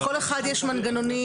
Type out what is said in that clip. לכל אחד יש מנגנונים.